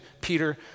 Peter